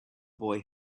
boy